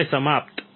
સમય સમાપ્ત